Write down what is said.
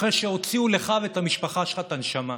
אחרי שהוציאו לך ולמשפחה שלך את הנשמה.